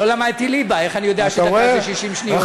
לא למדתי ליבה, איך אני יודע שדקה זה 60 שניות?